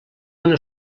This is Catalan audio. una